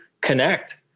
connect